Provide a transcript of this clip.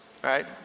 Right